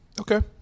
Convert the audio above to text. Okay